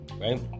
right